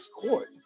court